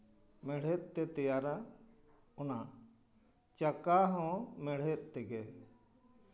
ᱢᱮᱲᱦᱮᱫ ᱛᱮ ᱛᱮᱭᱟᱨᱟ ᱚᱱᱟ ᱪᱟᱠᱟ ᱦᱚᱸ ᱢᱮᱲᱦᱮᱫ ᱛᱮᱜᱮ